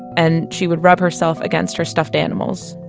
and she would rub herself against her stuffed animals,